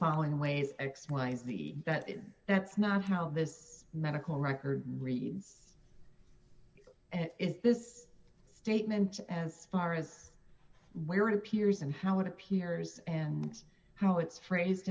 following ways x y z that that's not how this medical record reads and it is this statement as far as where it appears and how it appears and how it's phrased